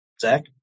Zach